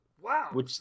Wow